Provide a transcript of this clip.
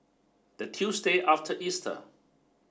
the Tuesday after Easter